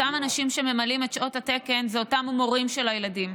אותם אנשים שממלאים את שעות התקן זה אותם מורים של הילדים,